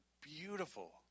beautiful